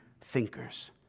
thinkers